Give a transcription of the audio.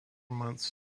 months